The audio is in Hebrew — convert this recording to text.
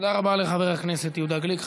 תודה רבה לחבר הכנסת יהודה גליק.